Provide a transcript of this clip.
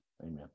amen